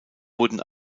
wurden